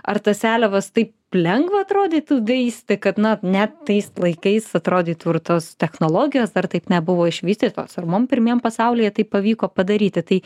ar tas seliavas taip lengva atrodytų veisti kad na net tais laikais atrodytų ir tos technologijos dar taip nebuvo išvystytos ir mum pirmiem pasaulyje tai pavyko padaryti tai